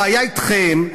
הבעיה אתכם,